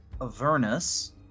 Avernus